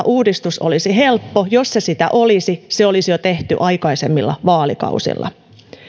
uudistus olisi helppo jos se sitä olisi se olisi jo tehty aikaisemmilla vaalikausilla